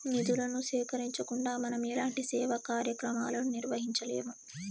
నిధులను సేకరించకుండా మనం ఎలాంటి సేవా కార్యక్రమాలను నిర్వహించలేము